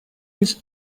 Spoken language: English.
his